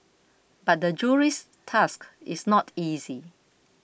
but the Jury's task is not easy